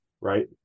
right